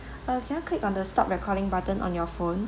err can you click on the stop recording button on your phone